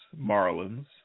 Marlins